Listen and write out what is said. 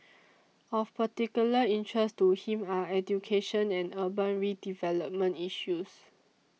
of particular interest to him are education and urban redevelopment issues